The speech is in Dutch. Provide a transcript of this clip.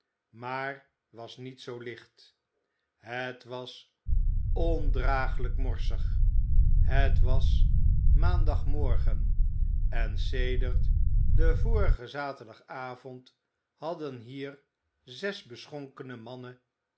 maar was niet zoo licht het was ondraaglijk morsig het was maandagmorgen en sedert den vorigen zaterdagavond hadden hier zes beschonkene mannen